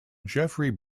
jeffery